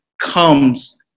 comes